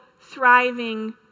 thriving